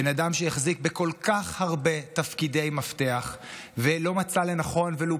זה בן אדם שהחזיק בכל כך הרבה תפקידי מפתח ולא מצא לנכון ולו